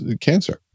cancer